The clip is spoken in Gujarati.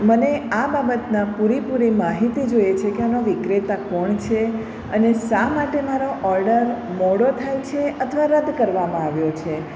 મને આ બાબતના પૂરેપૂરી માહિતી જોઈએ છે કે આમાં વિક્રેતા કોણ છે અને શા માટે મારો ઓર્ડર મોડો થાય છે અથવા રદ કરવામાં આવ્યો છે